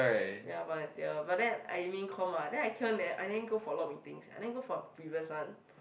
ya volunteer but then I main comm ah then I keep on ne~ I didn't go for a lot of meetings I didn't go for the previous one